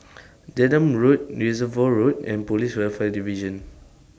Denham Road Reservoir Road and Police Welfare Division